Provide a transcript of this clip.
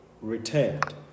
returned